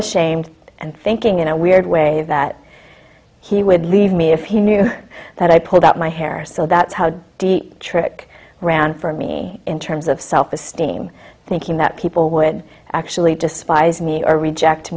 ashamed and thinking in a weird way that he would leave me if he knew that i pulled out my hair so that's how deep trick ran for me in terms of self esteem thinking that people would actually despise me or reject